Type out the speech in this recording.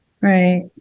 Right